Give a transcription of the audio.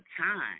time